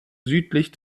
südlich